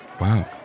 wow